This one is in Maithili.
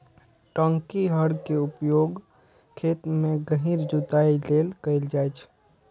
टांकी हर के उपयोग खेत मे गहींर जुताइ लेल कैल जाइ छै